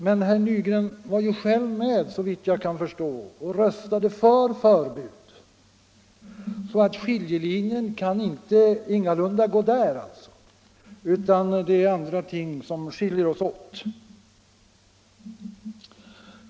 Men herr Nygren var ju själv med, såvitt jag kan förstå, och röstade för förbud 1973, så skiljelinjen mellan oss kan ingalunda gå där, utan det är andra ting som skiljer oss åt.